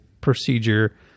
procedure